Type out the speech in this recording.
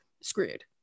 screwed